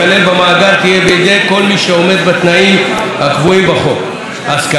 תהיה בידי כל מי שעומד בתנאים הקבועים בחוק: השכלה או